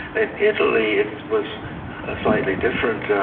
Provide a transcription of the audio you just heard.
in italy it was ah slightly different.